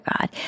God